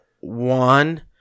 One